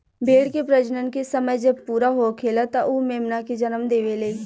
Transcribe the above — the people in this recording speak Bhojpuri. भेड़ के प्रजनन के समय जब पूरा होखेला त उ मेमना के जनम देवेले